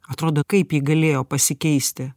atrodo kaip ji galėjo pasikeisti